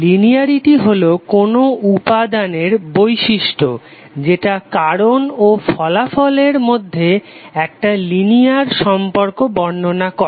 linearity হলো কোনো উপাদানের বৈশিষ্ট্য যেটা কারণ ও ফলাফলের মধ্যে একটা লিনিয়ার সম্পর্ক বর্ণনা করে